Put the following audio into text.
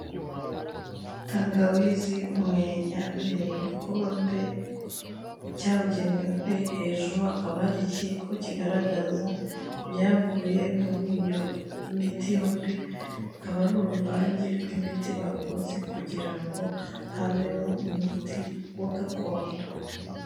Tangawizi, umwenya biri mu gikombe cyabugenewe, hejuru hakaba hari ikiyiko kigaragaza ibyavuye muri iyo miti yombi, akaba ari uruvange rw'imiti bakoze kugira ngo havemo umuti wa gakondo.